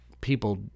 people